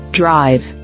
drive